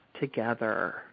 together